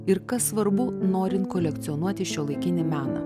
ir kas svarbu norint kolekcionuoti šiuolaikinį meną